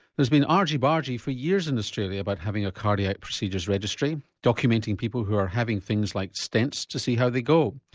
there's been argy bargy for years in australia about having a cardiac procedures registry, documenting people who are having things like stents to see how they go.